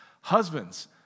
Husbands